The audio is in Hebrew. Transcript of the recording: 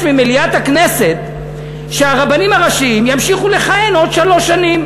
ממליאת הכנסת שהרבנים הראשיים ימשיכו לכהן עוד שלוש שנים.